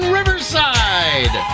Riverside